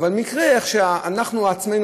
במקרה אנחנו עצמנו,